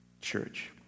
church